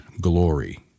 glory